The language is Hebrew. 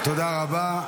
תודה רבה.